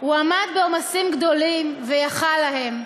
הוא עמד בעומסים גדולים ויכול להם,